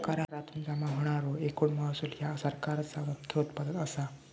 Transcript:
करातुन जमा होणारो एकूण महसूल ह्या सरकारचा मुख्य उत्पन्न असा